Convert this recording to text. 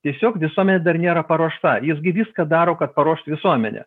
tiesiog visuomenė dar nėra paruošta jis gi viską daro kad paruošt visuomenę